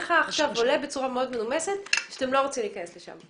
מדבריך עכשיו עולה בצורה מאוד מנומסת שאתם לא רוצים להיכנס לשם.